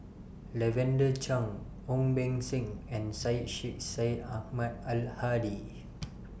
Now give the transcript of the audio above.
Lavender Chang Ong Beng Seng and Syed Sheikh Syed Ahmad Al Hadi